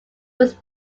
was